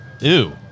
Ew